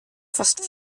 fast